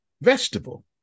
vegetable